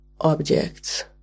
objects